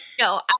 No